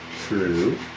true